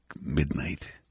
midnight